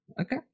Okay